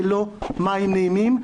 זה לא מים נעימים.